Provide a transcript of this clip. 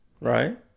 Right